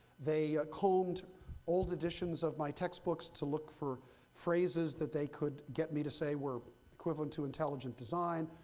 they combed old editions of my textbooks to look for phrases that they could get me to say were equivalent to intelligent design.